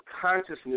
consciousness